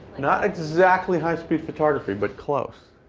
not exactly high-speed photography, but close.